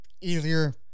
easier